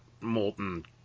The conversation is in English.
molten